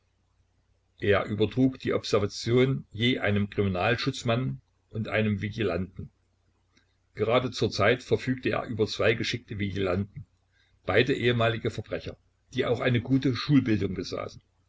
er übertrug die observation je einem kriminalschutzmann und einem vigilanten gerade zurzeit verfügte er über zwei geschickte vigilanten beide ehemalige verbrecher die auch eine gute schulbildung besaßen